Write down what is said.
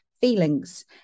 feelings